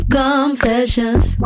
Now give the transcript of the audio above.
confessions